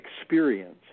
experience